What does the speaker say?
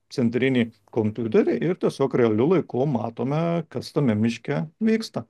centrinį kompiuterį ir tiesiog realiu laiku matome kas tame miške vyksta